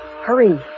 Hurry